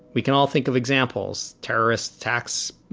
we can all think of examples. terrorist attacks,